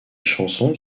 chansons